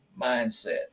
mindset